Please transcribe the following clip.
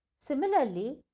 Similarly